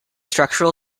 structural